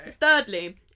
Thirdly